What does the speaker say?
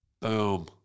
Boom